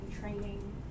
training